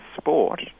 sport